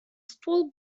столь